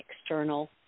external